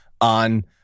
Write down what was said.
on